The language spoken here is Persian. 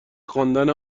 خواندن